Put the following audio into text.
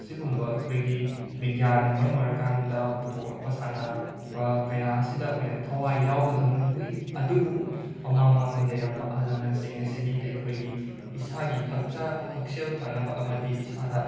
ꯑꯁꯤꯒꯨꯝꯕ ꯑꯩꯈꯣꯏꯒꯤ ꯕꯤꯒ꯭ꯌꯥꯟꯅ ꯃꯔꯝ ꯑꯣꯏꯔꯀꯥꯟꯗ ꯄꯨꯊꯣꯛꯂꯛꯄ ꯁꯥꯟꯅꯕ ꯀꯌꯥ ꯑꯁꯤꯗ ꯑꯣꯏꯅ ꯊꯋꯥꯏ ꯌꯥꯎꯕꯗꯧꯅ ꯎꯏ ꯑꯗꯨꯕꯨ ꯃꯃꯥꯡ ꯃꯃꯥꯡꯗ ꯂꯩꯔꯝꯕ ꯑꯍꯜ ꯂꯃꯟꯁꯤꯡ ꯑꯁꯤꯗꯤ ꯑꯩꯈꯣꯏꯒꯤ ꯏꯁꯥꯒꯤ ꯍꯛꯆꯥ ꯍꯛꯁꯦꯜ ꯐꯅꯕ ꯑꯃꯗꯤ ꯏꯁꯥꯗ